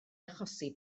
achosi